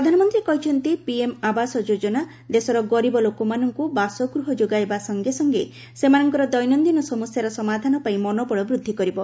ପ୍ରଧାନମନ୍ତ୍ରୀ କହିଛନ୍ତି ପିଏମ୍ ଆବାସ ଯୋଜନା ଦେଶର ଗରିବ ଲୋକମାନଙ୍କୁ ବାସଗୃହ ଯୋଗାଇବା ସଂଗେ ସଂଗେ ସେମାନଙ୍କର ଦୈନନ୍ଦିନ ସମସ୍ୟାର ସମାଧାନ ପାଇଁ ମନୋବଳ ବୃଦ୍ଧି କରିବ